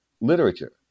literature